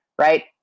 Right